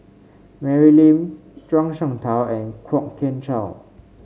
Mary Lim Zhuang Shengtao and Kwok Kian Chow